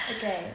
okay